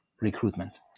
recruitment